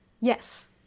yes